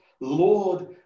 Lord